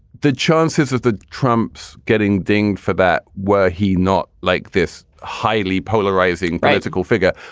the chances of the trump's getting dinged for that. were he not like this highly polarizing political figure,